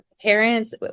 parents